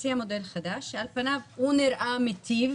מציע מודל חדש שעל פניו הוא נראה מיטיב